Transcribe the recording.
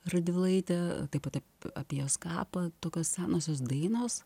radvilaitę taip pat apie jos kapą tokios senosios dainos